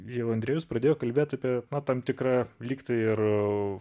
jau andrejus pradėjo kalbėt apie tam tikrą lygtai ir